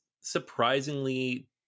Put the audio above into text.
surprisingly